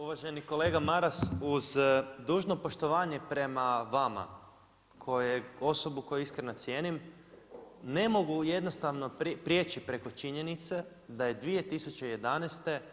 Uvaženi kolega Maras, uz dužno poštovanje prema vama, kojeg osobu koju iskreno cijenim, ne mogu jednostavno prijeći preko činjenice, da je 2011.